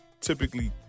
typically